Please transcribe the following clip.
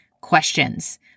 questions